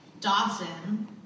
Dawson